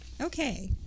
Okay